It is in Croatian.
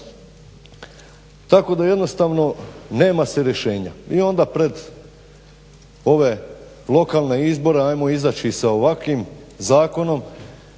Tako da jednostavno nema se rješenja. I onda pred ove lokalne izbore ajmo izaći sa ovakvim zakonom